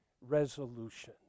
resolution